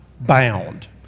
bound